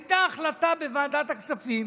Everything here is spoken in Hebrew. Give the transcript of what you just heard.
הייתה החלטה בוועדת הכספים